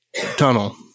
tunnel